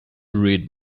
read